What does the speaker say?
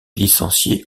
licencié